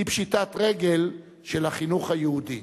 היא פשיטת רגל של החינוך היהודי.